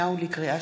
לקריאה